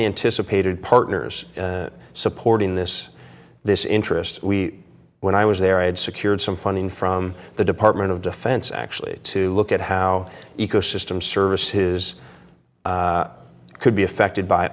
n anticipated partners supporting this this interest we when i was there i had secured some funding from the department of defense actually to look at how ecosystem service his could be affected by